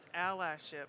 allyship